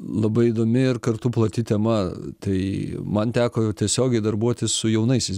labai įdomi ir kartu plati tema tai man teko tiesiogiai darbuotis su jaunaisiais